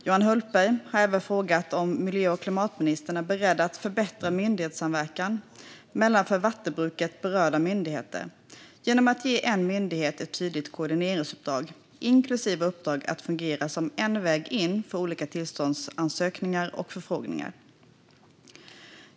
Johan Hultberg har även frågat om miljö och klimatministern är beredd att förbättra myndighetssamverkan mellan för vattenbruket berörda myndigheter genom att ge en myndighet ett tydligt koordineringsuppdrag, inklusive uppdrag att fungera som en väg in för olika tillståndsansökningar och förfrågningar.